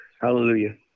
hallelujah